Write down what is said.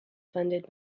funded